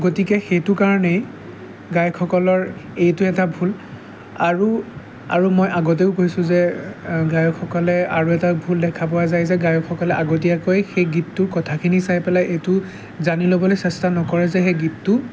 গতিকে সেইটো কাৰণেই গায়কসকলৰ এইটো এটা ভুল আৰু আৰু মই আগতেও কৈছোঁ যে গায়কসকলে আৰু এটা ভুল দেখা পোৱা যায় যে গায়কসকলে আগতীয়াকৈ সেই গীতটোৰ কথাখিনি চাই পেলাই এইটো জানি ল'বলৈ চেষ্টা নকৰে যে সেই গীতটো